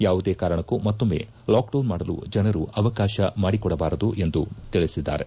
ಯಾವುದೇ ಕಾರಣಕೂ ಮತ್ತೊಮ್ನೆ ಲಾಕ್ಡೌನ್ ಮಾಡಲು ಜನರು ಅವಕಾಶ ಮಾಡಿಕೊಡಬಾರದು ಎಂದು ಅವರು ತಿಳಿಸಿದ್ದಾರೆ